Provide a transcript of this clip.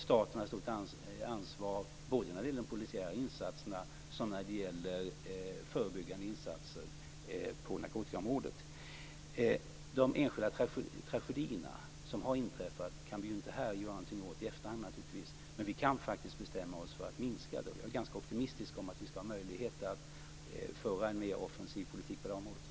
Staten har ett stort ansvar både när det gäller de polisiära insatserna och när det gäller förebyggande insatser på narkotikaområdet. De enskilda tragedier som har inträffat kan vi naturligtvis inte här göra någonting åt i efterhand, men vi kan faktiskt bestämma oss för att minska dem. Jag är ganska optimistisk till att vi ska ha möjlighet att föra en mer offensiv politik på det området.